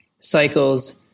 cycles